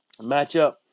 matchup